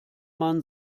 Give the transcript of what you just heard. man